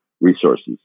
resources